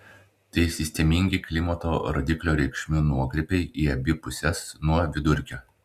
tai sistemingi klimato rodiklio reikšmių nuokrypiai į abi puses nuo vidurkio